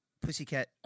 pussycat